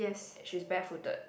she's barefooted